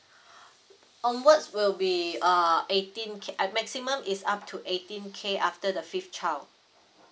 onwards will be uh eighteen K uh maximum is up to eighteen K after the fifth child